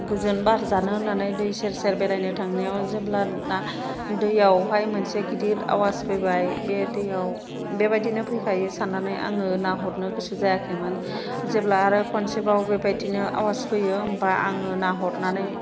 गोजोन बार जानो होननानै दै सेर सेर बेरायनो थांनायाव जेब्ला दैयावहाय मोनसे गिदिर आवास फैबाय बै दैयाव बेबायदिनो फैखायो साननानै आङो नाहरनो गोसो जायाखैमोन जेब्ला आरो खनसेबाव बेबायदिनो आवास फैयो होमबा आङो नाहरनानै